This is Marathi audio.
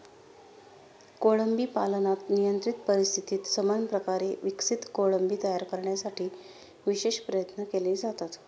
कोळंबी पालनात नियंत्रित परिस्थितीत समान प्रकारे विकसित कोळंबी तयार करण्यासाठी विशेष प्रयत्न केले जातात